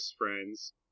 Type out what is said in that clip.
friends